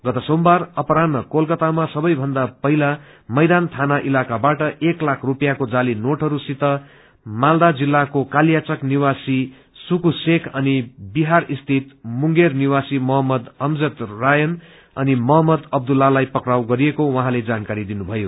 गत सोमबार अपरान्ड कोलकतामा सबैभन्दा महिला मैदान थाना इलाकाबाट एक लाख रुपियाँको जाली नोटहरू सित मालदा जिल्लाको क्रासियाचक निवासी सुकू श्रेख नि बिहार स्थित मुंगेर निवासी मोहम्मद अमजद रायन अनि मोङम्मद अन्दुल्लालाई पक्राउ गरिएको उप्राँले जानकारी दिनुभयो